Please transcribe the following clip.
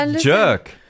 Jerk